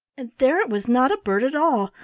and there it was not a bird at all,